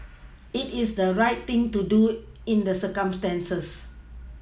it is the right thing to do in the circumstances